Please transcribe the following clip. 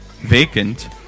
vacant